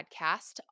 podcast